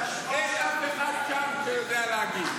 אין אף אחד שם שיודע להגיד.